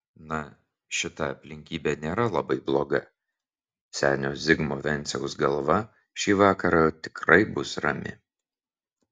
na šita aplinkybė nėra labai bloga senio zigmo venciaus galva šį vakarą tikrai bus rami